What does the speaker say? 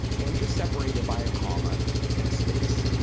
and just separate it by a comma and a space,